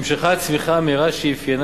טרחה ונאמה.